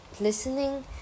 listening